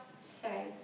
say